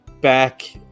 back